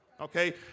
okay